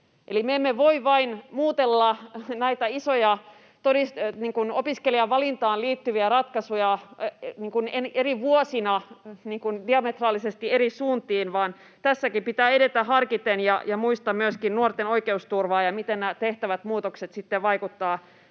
Eli me emme voi vain muutella näitä isoja opiskelijavalintaan liittyviä ratkaisuja eri vuosina diametraalisesti eri suuntiin, vaan tässäkin pitää edetä harkiten ja muistaa myöskin nuorten oikeusturva ja se, miten nämä tehtävät muutokset vaikuttavat